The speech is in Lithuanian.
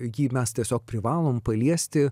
jį mes tiesiog privalom paliesti